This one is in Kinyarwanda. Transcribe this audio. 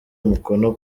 umukono